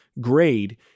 grade